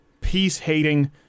peace-hating